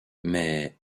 mais